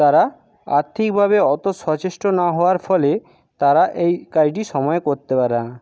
তারা আর্থিকভাবে অত সচেষ্ট না হওয়ায় ফলে তারা এই কাজটি সময়ে করতে পারে না